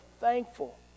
thankful